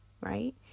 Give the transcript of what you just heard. right